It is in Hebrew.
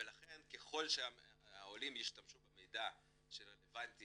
לכן ככל שהעולים ישתמשו במידע שרלבנטי